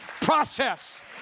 process